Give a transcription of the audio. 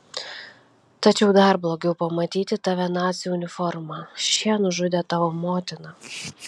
tačiau dar blogiau pamatyti tave nacių uniforma šie nužudė tavo motiną